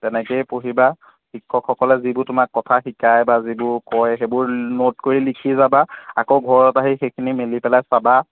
তেনেকেই পঢ়িবা শিক্ষকসকলে যিবোৰ তোমাক কথা শিকায় বা যিবোৰ কয় সেইবোৰ ন'ট কৰি লিখি যাবা আকৌ ঘৰত আহি সেইখিনি মেলি পেলাই চাবা